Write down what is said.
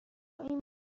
این